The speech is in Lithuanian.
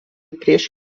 prieš